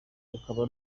rukaba